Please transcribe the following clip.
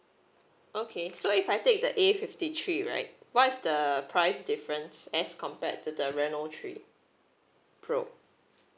okay so if I take the A fifty three right what is the price difference as compared to the Reno three pro